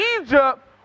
Egypt